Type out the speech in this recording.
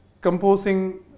composing